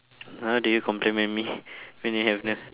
how do you compliment me when you have not